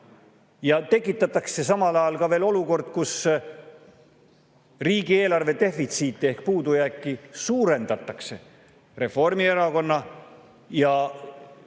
Ja tekitatakse samal ajal veel olukord, kus riigieelarve defitsiiti ehk puudujääki suurendatakse Reformierakonna